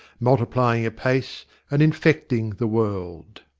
multiplying apace and infecting the world.